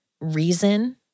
reason